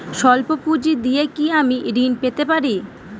সল্প পুঁজি দিয়ে কি আমি ঋণ পেতে পারি?